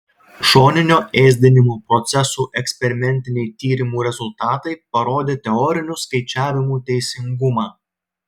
šoninio ėsdinimo procesų eksperimentiniai tyrimų rezultatai parodė teorinių skaičiavimų teisingumą